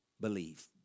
believe